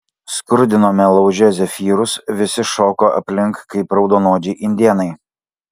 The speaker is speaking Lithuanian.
skrudinome lauže zefyrus visi šoko aplink kaip raudonodžiai indėnai